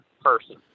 person